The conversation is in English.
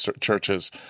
churches